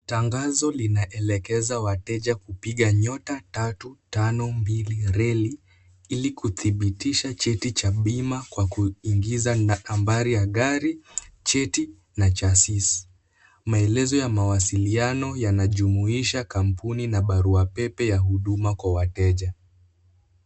Tangazo linaelekeza wateja kupiga *352# ilikuthibitisha cheti cha bima kwa kuingiza nambari ya gari , cheti na chasis maelezo ya mawasiliano yanajumuiisha kampuni na barua pepe ya huduma kwa wateja.